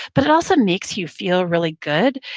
but it also makes you feel really good.